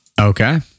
Okay